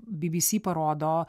bbc parodo